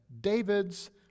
David's